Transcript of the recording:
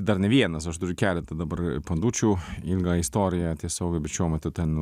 dar ne vienas aš turiu keletą dabar pandučių ilga istorija tiesiogi bet šiuo metu ten